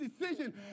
decision